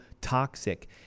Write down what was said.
toxic